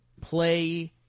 Play